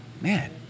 man